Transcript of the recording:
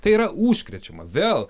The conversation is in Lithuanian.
tai yra užkrečiama vėl